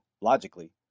logically